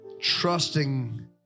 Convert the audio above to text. trusting